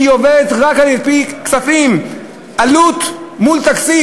היא עובדת רק על-פי כספים, עלות מול תקציב.